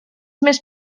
més